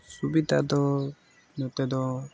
ᱥᱩᱵᱤᱫᱷᱟ ᱫᱚ ᱱᱚᱛᱮ ᱫᱚ